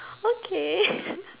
okay